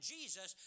Jesus